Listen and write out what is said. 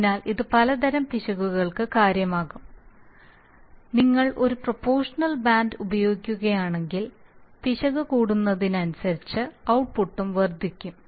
അതിനാൽ ഇത് പലതരം പിശകുകൾക്ക് കാരണമാകും നിങ്ങൾ ഒരു പ്രൊപോഷണൽ ബാൻഡ് ഉപയോഗിക്കുകയാണെങ്കിൽ പിശക് കൂടുന്നതിനനുസരിച്ച് ഔട്ട്പുട്ടും വർദ്ധിക്കും